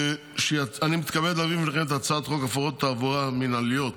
אני מתכבד להביא בפניכם את הצעת חוק הפרות תעבורה מינהליות,